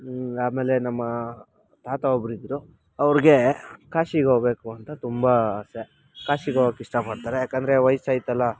ಆಮೇಲೆ ನಮ್ಮ ತಾತ ಒಬ್ಬರು ಇದ್ದರು ಅವರಿಗೆ ಕಾಶಿಗೆ ಹೋಗ್ಬೇಕಂತ ತುಂಬ ಆಸೆ ಕಾಶಿಗೋಗೋಕ್ಕೆ ಇಷ್ಟಪಡ್ತಾರೆ ಏಕೆಂದ್ರೆ ವಯಸ್ಸಾಯ್ತಲ್ಲ